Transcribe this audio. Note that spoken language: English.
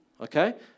Okay